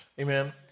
Amen